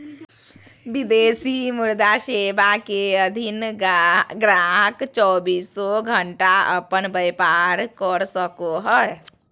विदेशी मुद्रा सेवा के अधीन गाहक़ चौबीसों घण्टा अपन व्यापार कर सको हय